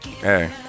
Hey